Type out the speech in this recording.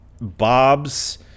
Bob's